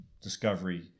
discovery